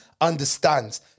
understands